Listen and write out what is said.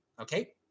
Okay